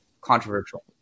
controversial